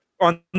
on